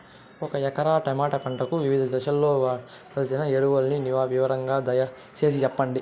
ఒక ఎకరా టమోటా పంటకు వివిధ దశల్లో వాడవలసిన ఎరువులని వివరంగా దయ సేసి చెప్పండి?